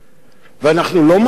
ואנחנו לא משכילים